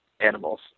animals